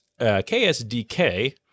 KSDK